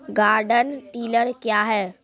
Garden tiller क्या हैं?